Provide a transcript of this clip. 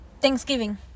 Thanksgiving